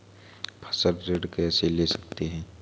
फसल ऋण कैसे ले सकते हैं?